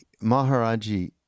Maharaji